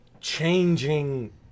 changing